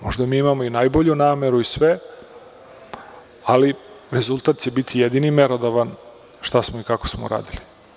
Možda mi imamo i najbolju nameru i sve, ali rezultat će biti jedini merodavan šta smo i kako smo uradili.